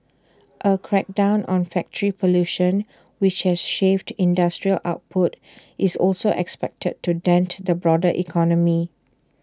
A crackdown on factory pollution which has shaved industrial output is also expected to dent the broader economy